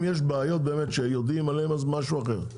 אם יש בעיות שיודעים עליהן, זה משהו אחר.